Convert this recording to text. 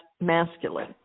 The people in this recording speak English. masculine